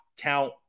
count